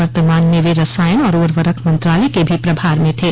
वर्तमान में वे रसायन और उवर्रक मंत्रालय के भी प्रभार में थे